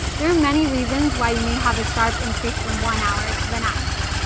there are many reasons why you may have a sharp increase from one hour to the next.